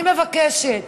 אני מבקשת: